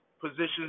positions